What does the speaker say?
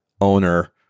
owner